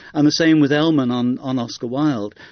and the same with ellman on on oscar wilde.